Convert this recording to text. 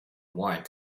warrant